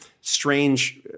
strange